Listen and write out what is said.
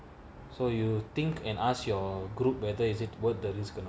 so you think and ask your group whether is it worth the risk good